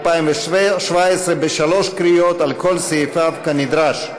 התשע"ז 2017, בשלוש קריאות על כל סעיפיו, כנדרש.